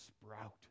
sprout